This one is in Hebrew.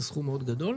זה סכום מאוד גדול,